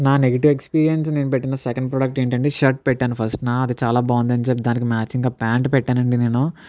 నా negative experience నేను పెట్టిన సెకండ్ ప్రోడక్ట్ ఏంటండీ షర్ట్ పెట్టాను ఫస్ట్ నా అది చాలా బాగుందని చెప్పి దానికి మ్యాచింగ్ గా ప్యాంట్ పెట్టానండి నేను